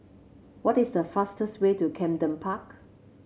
what is the fastest way to Camden Park